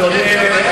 אתה תראה,